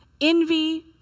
envy